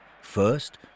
First